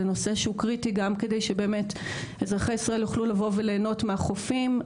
זה נושא שהוא קריטי כדי שבאמת אזרחי ישראל יוכלו לבוא ולהנות מהחופים,